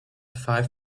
five